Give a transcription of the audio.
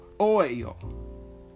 oil